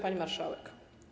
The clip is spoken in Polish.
Pani Marszałek!